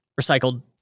recycled